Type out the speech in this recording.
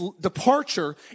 departure